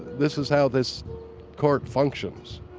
this is how this court functions.